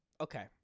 Okay